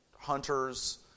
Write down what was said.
hunters